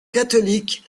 catholiques